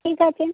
ঠিক আছে